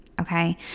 okay